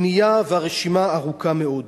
בנייה, והרשימה ארוכה מאוד.